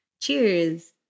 Cheers